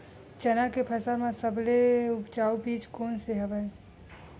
चना के फसल म सबले उपजाऊ बीज कोन स हवय?